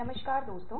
नमस्कार दोस्तों